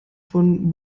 von